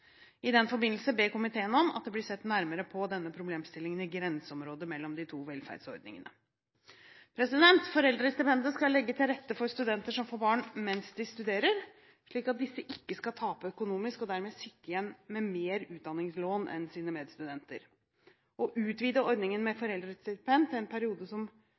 I den forbindelse ber komiteen om at det blir sett nærmere på denne problemstillingen i grenseområdet mellom de to velferdsordningene. Foreldrestipendet skal legge til rette for studenter som får barn mens de studerer, slik at disse ikke skal tape økonomisk og dermed sitte igjen med mer utdanningslån enn sine medstudenter. Å utvide ordningen med foreldrestipend til en periode